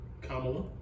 Kamala